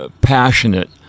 passionate